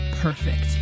perfect